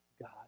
God